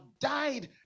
died